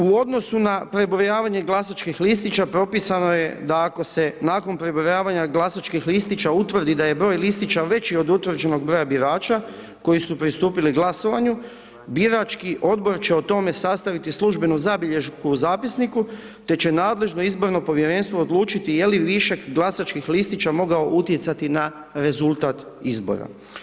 U odnosu na prebrojavanje glasačkih listića propisano je da ako se nakon prebrojavanja glasačkih listića utvrdi da je broj listića veći od utvrđenog broja birača koji su pristupili glasovanju, birački odbor će o tome sastaviti službenu zabilješku u zapisniku, te će nadležno izborno povjerenstvo odlučiti je li višak glasačkih listića mogao utjecati na rezultat izbora.